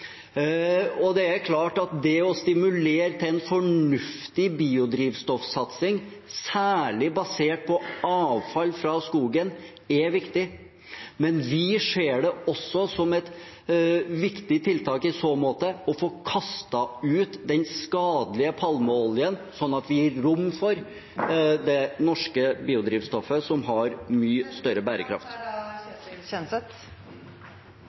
og det er klart at det å stimulere til en fornuftig biodrivstoffsatsing, særlig basert på avfall fra skogen, er viktig. I så måte ser vi det også som et viktig tiltak å få kastet ut den skadelige palmeoljen, slik at vi gir rom for det norske biodrivstoffet, som har mye større bærekraft.